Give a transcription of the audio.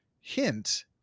hint